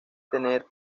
tener